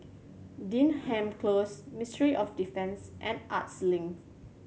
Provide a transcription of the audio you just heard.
Denham Close Ministry of Defence and Arts Link